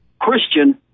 Christian